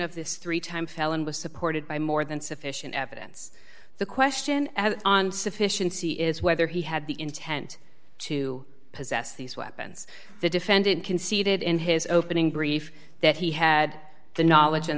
of this three time felon was supported by more than sufficient evidence the question on sufficiency is whether he had the intent to possess these weapons the defendant conceded in his opening brief that he had the knowledge and